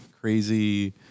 crazy